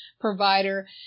provider